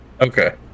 okay